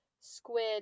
squid